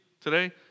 today